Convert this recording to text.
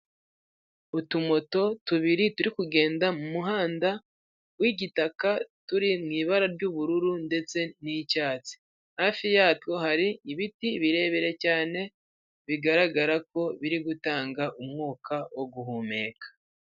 Utumoto tubiri turi kugenda mu muhanda w'igitaka turi mu ibara ry'ubururu ndetse n'icyatsi, hafi yatwo hari ibiti birebire cyane bigaragara ko biri gutanga umwuka wo guhumeka.